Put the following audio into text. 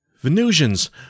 Venusians